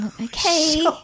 Okay